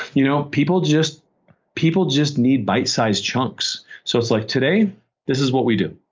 you know people just people just need bite sized chunks so it's like, today this is what we do.